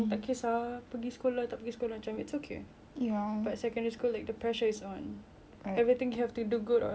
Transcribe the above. but secondary school like the pressure is on everything have to do good or else you have to repeat um sec four